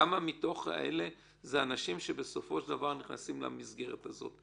מתוך הלווים שלכם הם אנשים שבסופו של דבר נכנסים למסגרת הזאת?